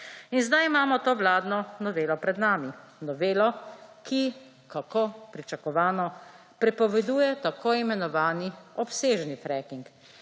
In sedaj imamo to vladno novelo pred nami. Novelo, ki – kako pričakovano – prepoveduje tako imenovani obsežni fracking.